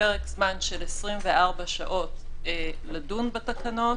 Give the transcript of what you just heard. לוועדה יש פרק זמן של 24 שעות לדון בתקנות,